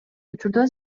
учурда